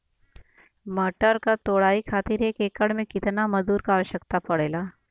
मटर क तोड़ाई खातीर एक एकड़ में कितना मजदूर क आवश्यकता पड़ेला?